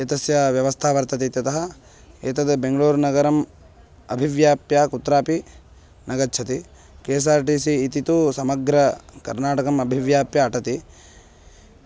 एतस्य व्यवस्था वर्तते इत्यतः एतद् बेङ्गलूरुनगरम् अभिव्याप्य कुत्रापि न गच्छति K S R T C इति तु समग्रकर्नाटकम् अभिव्याप्य अटति